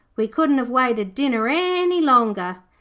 we couldn't have waited dinner any longer.